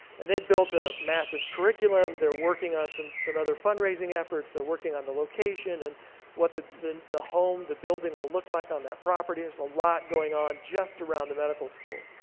and they built a massive curriculum. they're working on some some other fundraising efforts, they're working on the location, and what the the home, the building will look like on that property. there's a lot going on just around the medical school.